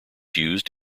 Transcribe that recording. used